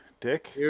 Dick